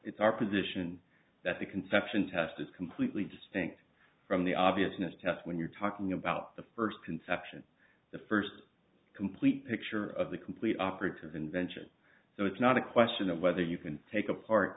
it's our position that the conception test is completely distinct from the obviousness test when you're talking about the first conception the first complete picture of the complete operative invention so it's not a question of whether you can take apart